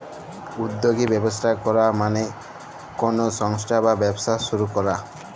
উদ্যগী ব্যবস্থা করাক মালে কলো সংস্থা বা ব্যবসা শুরু করাক